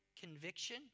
conviction